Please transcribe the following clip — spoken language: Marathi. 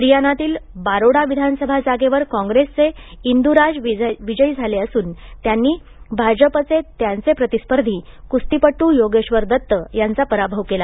हरियानातील बारोडा विधानसभा जागेवर काँग्रेसचे इंदू राज विजयी झाले असून त्यांनी भाजपाचे त्यांचे प्रतिस्पर्धी कुस्तीपटू योगेश्वर दत्त यांचा पराभव केला